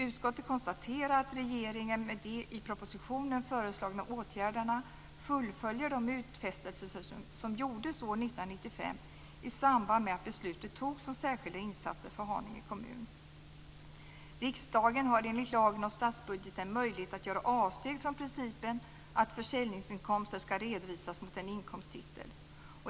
Utskottet konstaterar att regeringen med de i propositionen föreslagna åtgärderna fullföljer de utfästelser som gjordes år 1995 i samband med att beslutet togs om särskilda insatser för Haninge kommun. Riksdagen har enligt lagen om statsbudgeten möjlighet att göra avsteg från principen att försäljningsinkomster ska redovisas mot en inkomsttitel.